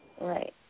Right